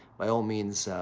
by all means,